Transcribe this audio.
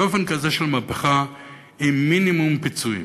באופן כזה של מהפכה עם מינימום פיצויים.